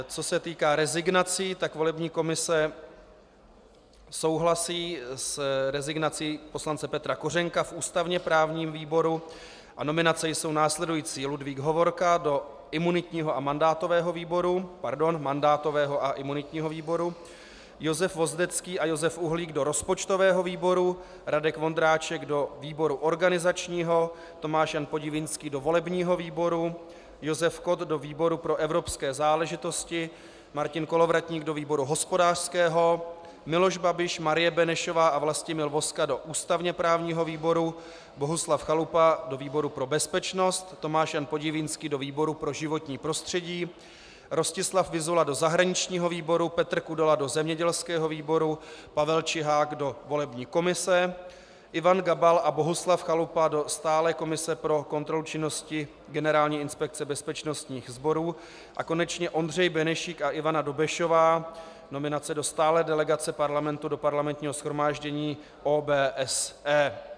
Co se týká rezignací, tak volební komise souhlasí s rezignací poslance Petra Kořenka v ústavněprávním výboru a nominace jsou následující: Ludvík Hovorka do mandátového a imunitního výboru, Josef Vozdecký a Josef Uhlík do rozpočtového výboru, Radek Vondráček do výboru organizačního, Tomáš Jan Podivínský do volebního výboru, Josef Kott do výboru pro evropské záležitosti, Martin Kolovratník do výboru hospodářského, Miloš Babiš, Marie Benešová a Vlastimil Vozka do ústavněprávního výboru, Bohuslav Chalupa do výboru pro bezpečnost, Tomáš Jan Podivínský do výboru pro životní prostředí, Rostislav Vyzula do zahraničního výboru, Petr Kudela do zemědělského výboru, Pavel Čihák do volební komise, Ivan Gabal a Bohuslav Chalupa do stálé komise pro kontrolu činnosti Generální inspekce bezpečnostních sborů a konečně Ondřej Benešík a Ivana Benešová nominace do stálé delegace Parlamentu do Parlamentního shromáždění OBSE.